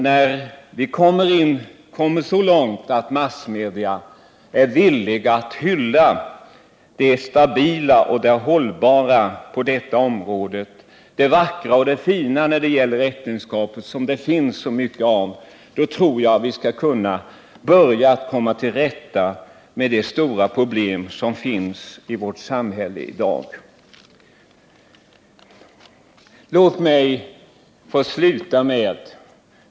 När vi kommer så långt att massmedia är villiga att hylla det stabila och det hållbara på detta område, det vackra och det fina när det gäller äktenskapet som det finns så mycket av, då tror jag att vi skall kunna börja komma till rätta med de stora problem som finns i vårt samhälle i dag. Låt mig få sluta med några ord om Mors dag.